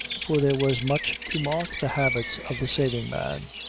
for there was much to mark the habits of the saving man.